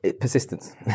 persistence